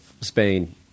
Spain